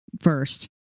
first